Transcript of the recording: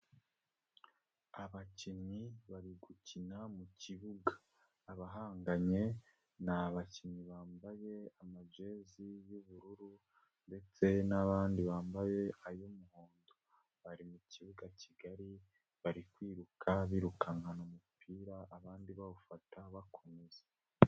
Abakinnyi bari gukina mu kibuga, abahanganye n'abakinnyi bambaye amajezi y'ubururu ndetse n'abandi bambaye ay'umuhondo bari mukibuga kigari bari kwiruka birukankana umupira abandi bawufata bakomeza.